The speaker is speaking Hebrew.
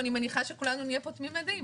ואני מניחה שכולנו נהיה פה תמימי דעים,